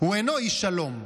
הוא אינו איש שלום.